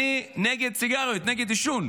אני נגד סיגריות, נגד עישון,